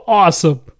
awesome